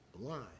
blind